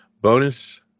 Bonus